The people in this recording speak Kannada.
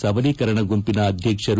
ಸಬಲೀಕರಣ ಗುಂಪಿನ ಅಧ್ಯಕ್ಷರು